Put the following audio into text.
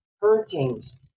hurricanes